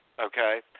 okay